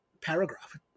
paragraph